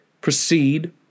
Proceed